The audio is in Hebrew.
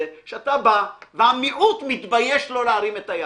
שאתה בא, והמיעוט מתבייש לא להרים את היד.